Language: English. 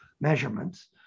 measurements